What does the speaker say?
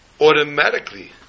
automatically